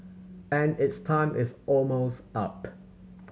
and its time is almost up